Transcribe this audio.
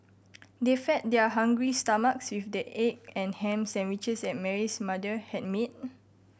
they fed their hungry stomachs with the egg and ham sandwiches that Mary's mother had made